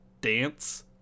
dance